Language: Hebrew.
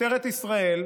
משטרת ישראל,